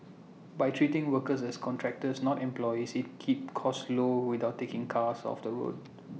by treating workers as contractors not employees IT can keep costs low without taking cars off the road